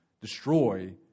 destroy